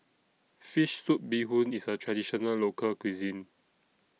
Fish Soup Bee Hoon IS A Traditional Local Cuisine